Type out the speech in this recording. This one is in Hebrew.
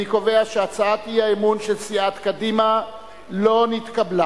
אני קובע שהצעת האי-אמון של סיעת העבודה לא נתקבלה.